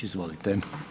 Izvolite.